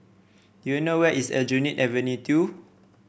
do you know where is Aljunied Avenue Two